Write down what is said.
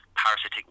parasitic